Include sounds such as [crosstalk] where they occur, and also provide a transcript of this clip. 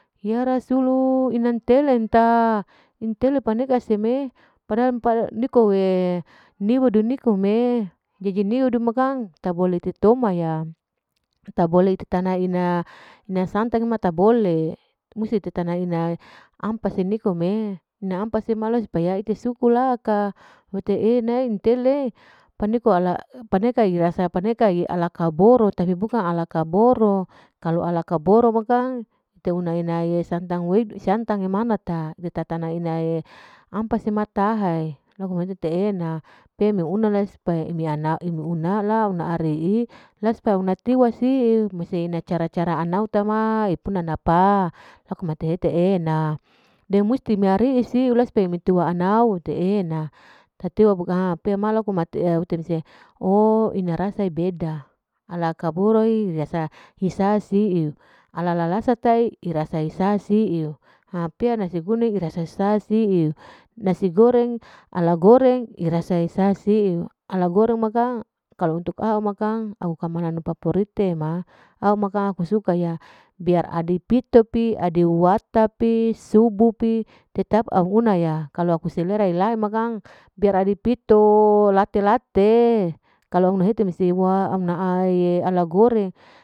Yarasulu ina intele ka. intele paneka sime padahal nikowe niwedu nikome jadi niwedu makang tabole titon ya tabole ite naina santan ma tabole musi itena ampas na nikome ina ampas ma ite suku laka wete ena nantele paniko nantele panekae rasa ala kaboro eh bukan ala aboro kalu ala kaboro bukang ite unae santang wedu. santang mana ta watatana inae ampas ma taha'e laku ete ena pe meuna lai supaya ime anau ime una ari'i la supaya tatiwa siu ena cara-cara anauta ma aipuna napa laku mate hete ena deng musti mari'i siu pematiwa anau ete ena tatiwa bukang mate ute mese oo ina rasa beda ala kaboro hisa siu ala rasa. ala. ala rasa tahe ira sasasiu nasi [unintelligible] irasa siu ala goreng ma kang kalu untuk au ma kang ala makanan paporite ma au ma kang aku suka ya biar adi pito pi, ade wata pi. subu pi. tetap au una ya kalu aku selera ilai makang biar ade pito late-late kalu mauna hete mese yauwa auna aye ala goreng.